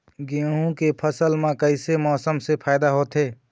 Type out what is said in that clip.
गेहूं के फसल म कइसे मौसम से फायदा होथे?